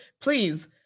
please